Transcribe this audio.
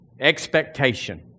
expectation